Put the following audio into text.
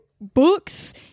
books